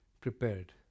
prepared